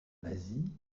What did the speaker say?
asie